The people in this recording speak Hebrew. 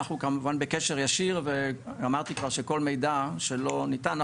אנחנו כמובן בקשר ישיר ואמרתי כבר שכל מידע שלא ניתן,